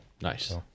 Nice